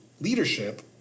leadership